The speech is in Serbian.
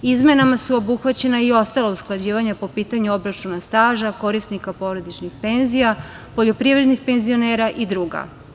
Izmenama su obuhvaćena i ostala usklađivanja po pitanju obračuna staža korisnika porodičnih penzija, poljoprivrednih penzionera i druga.